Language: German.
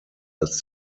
als